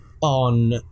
on